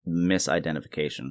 misidentification